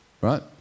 right